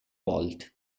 volte